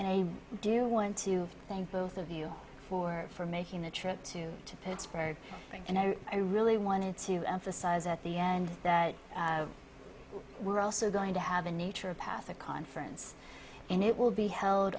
and i do want to thank both of you for for making the trip to to pittsburgh and i really wanted to emphasize at the end that we're also going to have a nature a path a conference and it will be held